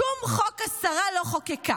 שום חוק השרה לא חוקקה.